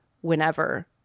whenever